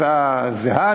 הצעה זהה,